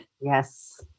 Yes